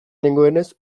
nengoenez